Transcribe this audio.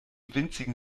winzigen